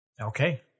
Okay